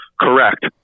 Correct